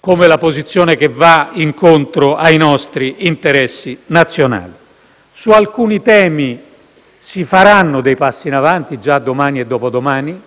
come quella che va incontro ai nostri interessi nazionali. Su alcuni temi si faranno dei passi in avanti già domani e dopodomani: